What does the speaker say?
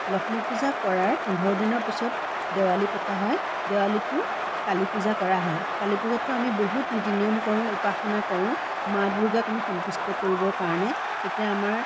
লক্ষ্মী পূজা কৰাৰ পোন্ধৰ দিনৰ পিছত দেৱালী পতা হয় দেৱালীতো কালী পূজা কৰা হয় কালী পূজাতো আমি বহুত নীতি নিয়ম কৰোঁ উপাসনা কৰোঁ মা দুৰ্গাক আমি সন্তুষ্ট কৰিবৰ কাৰণে তেতিয়া আমাৰ